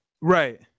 Right